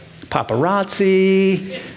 paparazzi